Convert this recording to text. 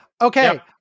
Okay